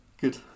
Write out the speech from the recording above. good